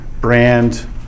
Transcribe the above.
brand